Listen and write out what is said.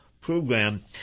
program